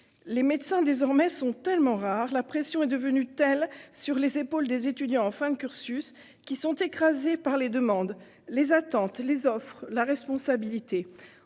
Les médecins sont désormais tellement rares, la pression est devenue telle sur les épaules des étudiants en fin de cursus que ces derniers sont écrasés par les demandes, les attentes, les offres, la responsabilité.